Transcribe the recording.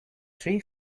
three